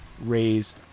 raise